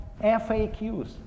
FAQs